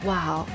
Wow